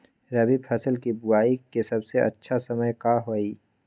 रबी फसल के बुआई के सबसे अच्छा समय का हई?